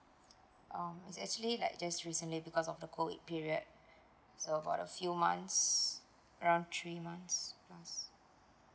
um it's actually like just recently because of the COVID period so for the few months around three months